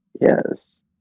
Yes